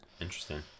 interesting